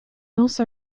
also